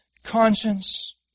Conscience